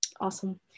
Awesome